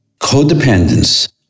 Codependence